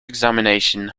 examination